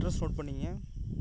address note பண்ணிக்குங்க